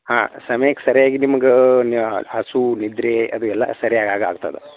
ಹಾಂ ಸಮಯಕ್ಕೆ ಸರಿಯಾಗಿ ನಿಮ್ಗ ಹಸಿವು ನಿದ್ರೆ ಅದು ಎಲ್ಲ ಸರಿಯಾಗಿ ಆಗ ಅಂಥದ್